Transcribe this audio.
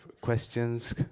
questions